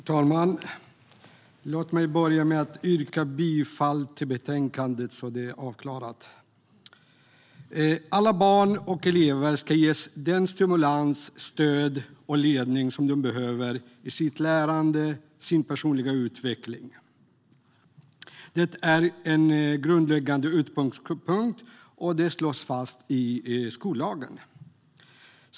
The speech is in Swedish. Herr talman! Jag börjar med att yrka bifall till förslaget i betänkandet. Alla barn och elever ska ges den stimulans, det stöd och den ledning som de behöver i sitt lärande och i sin personliga utveckling. Det är en grundläggande utgångspunkt, och det slås fast i skollagen.